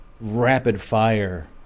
rapid-fire